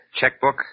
checkbook